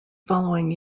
following